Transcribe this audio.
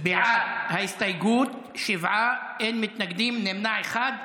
בעד ההסתייגות, שבעה, אין מתנגדים, נמנע אחד.